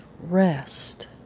rest